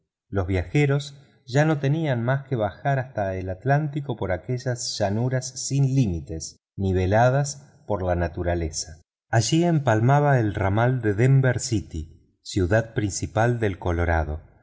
los viajeros ya no tenían más que bajar hasta el atlántico por aquellas llanuras sin límites niveladas por la naturaleza allí empalmaba el ramal de denver ciudad principal de colorado